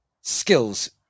skills